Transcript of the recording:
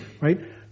right